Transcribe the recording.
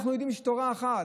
אנחנו יודעים שיש תורה אחת.